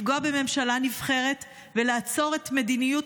לפגוע בממשלה נבחרת ולעצור את מדיניות